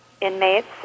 inmates